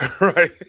Right